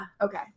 okay